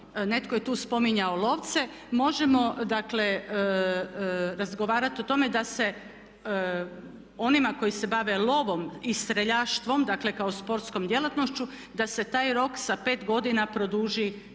netko je tu spominjao lovce. Možemo dakle razgovarati o tome da se onima koji se bave lovom i streljaštvom, dakle kao sportskom djelatnošću da se taj rok sa pet godina produži